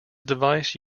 device